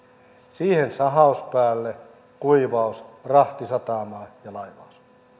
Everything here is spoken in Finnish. siihen sahaus päälle kuivaus rahti satamaan ja laivaus